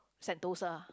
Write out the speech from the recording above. sentosa